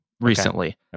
recently